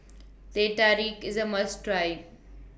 Teh Tarik IS A must Try